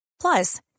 plus